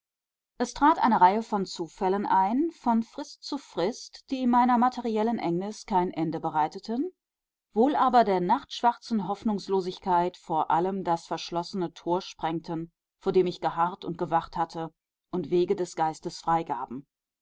es trat eine reihe von zufällen ein von frist zu frist die meiner materiellen engnis kein ende bereiteten wohl aber der nachtschwarzen hoffnungslosigkeit vor allem das verschlossene tor sprengten vor dem ich geharrt und gewacht hatte und wege des geistes freigaben